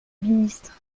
ministre